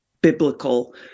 Biblical